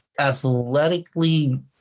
athletically